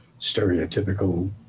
stereotypical